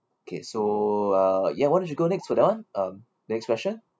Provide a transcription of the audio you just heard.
okay so uh ya why don't you go next for that one um the next question